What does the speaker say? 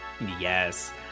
Yes